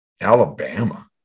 Alabama